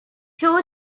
two